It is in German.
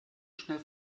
schnell